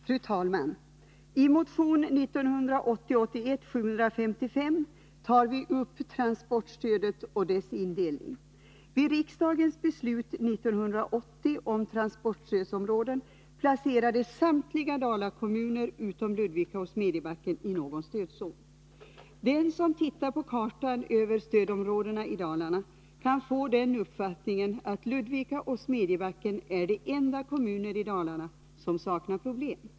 Fru talman! I motion 1980/81:755 tar vi upp transportstödet och indelningen i transportstödszoner. Vid riksdagens beslut 1980 om transportstödsområden placerades samtliga dalakommuner utom Ludvika och Smedjebacken i någon stödzon. Den som tittar på kartan över stödområdena i Dalarna kan få den uppfattningen att Ludvika och Smedjebacken är de enda kommuner i Dalarna som saknar problem.